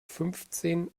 fünfzehn